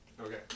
Okay